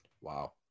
Wow